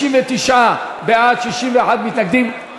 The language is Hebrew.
59 בעד, 61 מתנגדים.